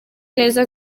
neza